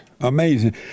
amazing